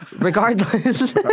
Regardless